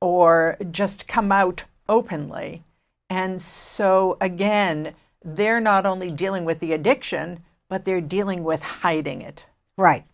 or just come out openly and so again they're not only dealing with the addiction but they're dealing with hiding it right